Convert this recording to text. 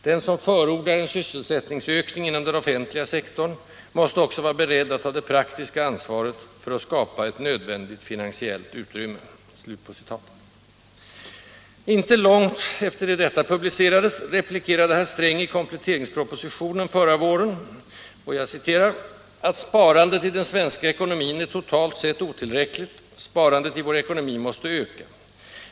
—- Den som förordar en sysselsättningsökning inom den offentliga sektorn måste också vara beredd att ta det praktiska ansvaret för att skapa ett nödvändigt finansiellt utrymme.” Icke långt därefter replikerade herr Sträng i kompletteringspropositionen förra våren, att ”sparandet i den svenska ekonomin är totalt sett otillräckligt — sparandet i vår ekonomi måste öka.